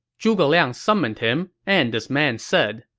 zhuge liang summoned him, and this man said,